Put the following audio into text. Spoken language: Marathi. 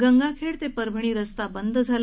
गंगाखेड ते परभणी रस्ता बंद झाला